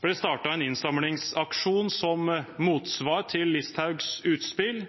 ble det startet en innsamlingsaksjon som motsvar til Listhaugs utspill.